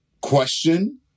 question